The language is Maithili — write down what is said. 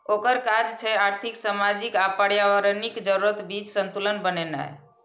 ओकर काज छै आर्थिक, सामाजिक आ पर्यावरणीय जरूरतक बीच संतुलन बनेनाय